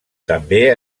també